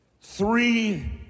three